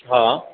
हा